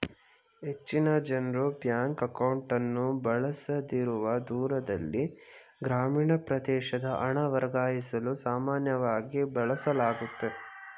ಹೆಚ್ಚಿನ ಜನ್ರು ಬ್ಯಾಂಕ್ ಅಕೌಂಟ್ಅನ್ನು ಬಳಸದಿರುವ ದೂರದಲ್ಲಿ ಗ್ರಾಮೀಣ ಪ್ರದೇಶದ ಹಣ ವರ್ಗಾಯಿಸಲು ಸಾಮಾನ್ಯವಾಗಿ ಬಳಸಲಾಗುತ್ತೆ